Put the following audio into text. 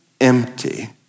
empty